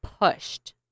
pushed